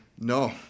No